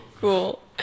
cool